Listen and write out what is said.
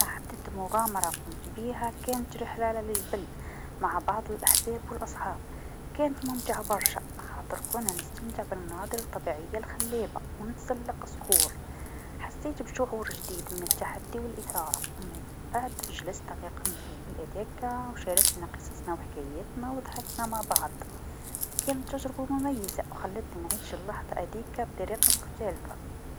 أحدث مغامرة قمت بيها كانت رحله على الجبل مع بعض الأحباب و الأصحاب، كانت ممتعه برشا خاطر كنا نستمتع بالمناظر الطبيعه الخلابه و نتسلق صخور، حسيت بشعور جديد من التحدي و الإثارة، منبعد جلسنا في قمة الجبل هداك و شاركنا قصصنا و حكايتها و ضحكنا مع بعض، كانت تجربه مميزه و خلتني نعيش اللحظه هذيك بطريقه مختلفه.